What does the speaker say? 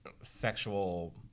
sexual